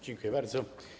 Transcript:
Dziękuję bardzo.